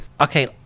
okay